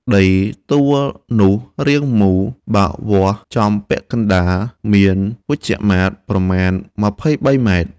ដីទួលនោះរាងមូល បើវាស់ចំពាក់កណ្ដាល មានវិជ្ឈមាត្រប្រមាណ ២៣.០០ម។